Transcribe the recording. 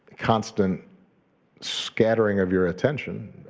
constant scattering of your attention,